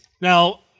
Now